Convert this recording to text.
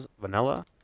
vanilla